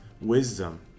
wisdom